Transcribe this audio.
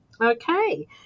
Okay